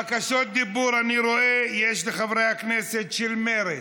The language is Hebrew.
בקשות דיבור יש לחברי הכנסת של מרצ.